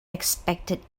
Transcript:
expected